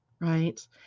right